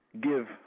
give